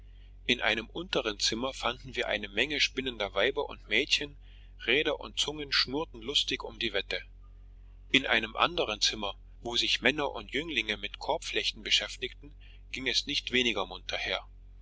in einem unteren zimmer fanden wir eine menge spinnender weiber und mädchen räder und zungen schnurrten lustig um die wette in einem anderen zimmer wo sich männer und jünglinge mit korbflechten beschäftigten ging es nicht weniger munter her